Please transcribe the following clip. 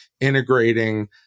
integrating